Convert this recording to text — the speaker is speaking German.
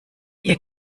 ihr